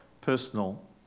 Personal